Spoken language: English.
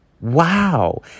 Wow